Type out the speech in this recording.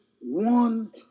one